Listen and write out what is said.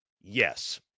Yes